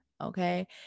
okay